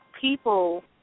People